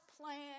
plan